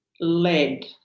lead